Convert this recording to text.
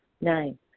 Nine